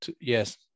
Yes